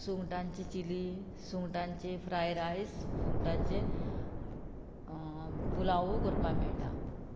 सुंगटांची चिली सुंगटांची fry rice fried rice सुंगटांचे पुलाव करपाक मेळटा